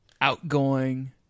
outgoing